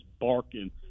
barking